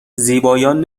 زیبایان